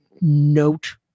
note